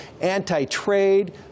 anti-trade